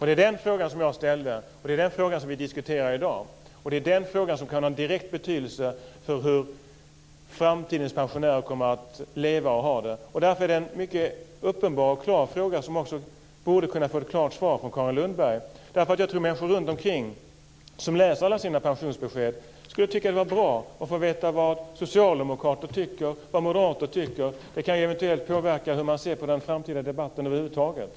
Det är den fråga som jag ställde och som vi diskuterar i dag. Det är den frågan som har direkt betydelse för hur framtidens pensionärer kommer att leva. Därför är frågan uppenbar och klar och borde få ett klart svar från Carin Lundberg. Människor som läser sina pensionsbesked skulle tycka att det vore bra att få veta vad socialdemokrater och moderater tycker. Det kan eventuellt påverka hur man över huvud taget ser på den framtida debatten.